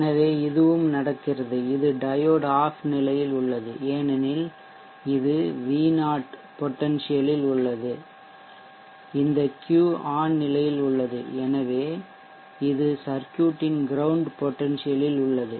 எனவே இதுவும் நடக்கிறது இது டையோடு ஆஃப் நிலையில் உள்ளது ஏனெனில் இது V0 பொடென்சியலில் உள்ளது இந்த Q ஆன் நிலையில் உள்ளது எனவே இது சர்க்யூட் ன் கிரௌண்ட் பொடென்சியலில் உள்ளது